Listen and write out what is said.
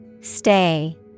Stay